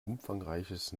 umfangreiches